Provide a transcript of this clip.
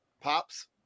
pops